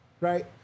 Right